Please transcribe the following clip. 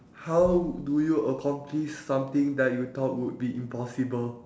how do you accomplish something that you thought would be impossible